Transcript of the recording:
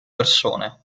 persone